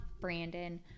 Brandon